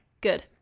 Good